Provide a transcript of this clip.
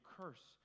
curse